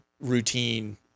routine